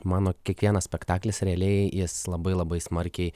mano kiekvienas spektaklis realiai jis labai labai smarkiai